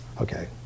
okay